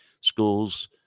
schools